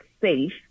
safe